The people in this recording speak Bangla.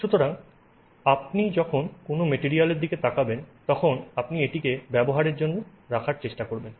সুতরাং যখন আপনি কোনও মেটেরিয়ালের দিকে তাকাবেন তখন আপনি এটিকে ব্যবহারের জন্য রাখার চেষ্টা করবেন